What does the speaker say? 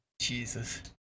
Jesus